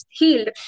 healed